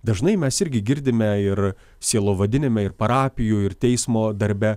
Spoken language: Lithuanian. dažnai mes irgi girdime ir sielovadiniame ir parapijų ir teismo darbe